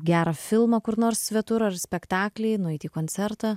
gerą filmą kur nors svetur ar spektaklį nueit į koncertą